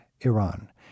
Iran